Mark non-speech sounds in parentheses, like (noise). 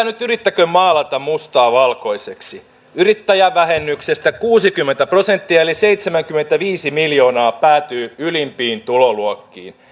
(unintelligible) nyt yrittäkö maalata mustaa valkoiseksi yrittäjävähennyksestä kuusikymmentä prosenttia eli seitsemänkymmentäviisi miljoonaa päätyy ylimpiin tuloluokkiin